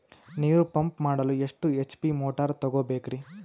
ನೀರು ಪಂಪ್ ಮಾಡಲು ಎಷ್ಟು ಎಚ್.ಪಿ ಮೋಟಾರ್ ತಗೊಬೇಕ್ರಿ?